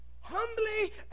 Humbly